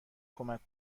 کمک